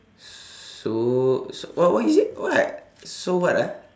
so so what what you say what so what ah